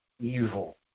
evil